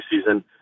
season